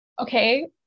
Okay